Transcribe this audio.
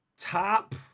top